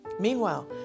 Meanwhile